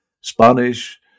Spanish